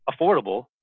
affordable